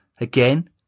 again